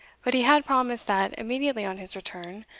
but he had promised that, immediately on his return,